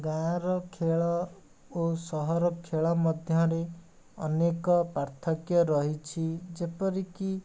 ଗାଁ'ର ଖେଳ ଓ ସହର ଖେଳ ମଧ୍ୟରେ ଅନେକ ପାର୍ଥକ୍ୟ ରହିଛି ଯେପରିକି